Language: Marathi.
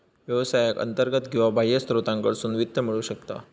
व्यवसायाक अंतर्गत किंवा बाह्य स्त्रोतांकडसून वित्त मिळू शकता